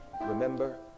remember